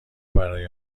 برای